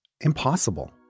impossible